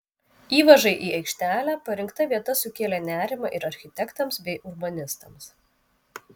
įvažai į aikštelę parinkta vieta sukėlė nerimą ir architektams bei urbanistams